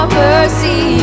mercy